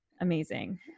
amazing